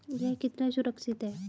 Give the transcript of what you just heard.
यह कितना सुरक्षित है?